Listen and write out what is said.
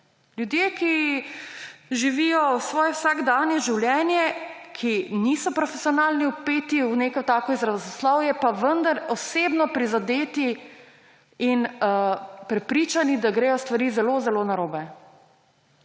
Ljudje, ki živijo svoje vsakdanje življenje, ki niso profesionalno vpeti v neko tako izrazoslovje, pa vendar osebno prizadeti in prepričani, da gredo stvari zelo zelo narobe.